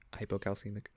hypocalcemic